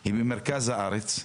היא במרכז הארץ.